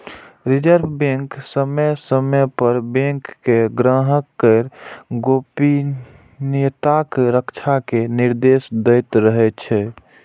reserve bank समय समय पर बैंक कें ग्राहक केर गोपनीयताक रक्षा के निर्देश दैत रहै छै